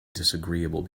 disagreeable